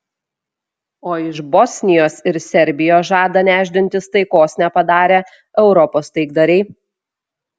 o iš bosnijos ir serbijos žada nešdintis taikos nepadarę europos taikdariai